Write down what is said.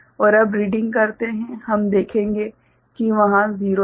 और अब रीडिंग करते हैं हम देखेंगे कि वहाँ 0 था